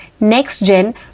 NextGen